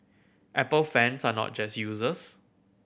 apple fans are not just users